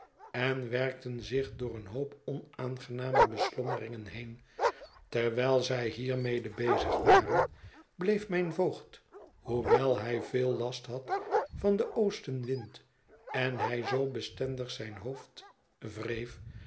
en werkten zich door een hoop onaangename beslommeringen heen terwijl zij hiermede bezig waren bleet mijn voogd hoewel hij veel last had van den oostenwind en hij zoo bestendig zijn hoofd wreef